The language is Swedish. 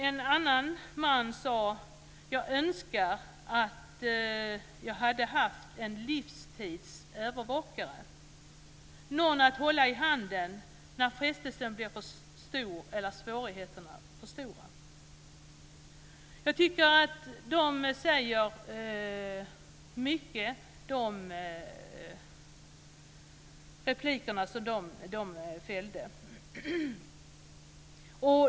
En annan ung man sade: Jag önskar att jag hade haft en livstidsövervakare, någon att hålla i handen när frestelserna eller svårigheterna blir för stora. Dessa repliker säger mycket, tycker jag.